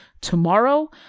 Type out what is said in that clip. tomorrow